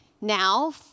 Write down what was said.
now